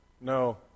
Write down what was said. No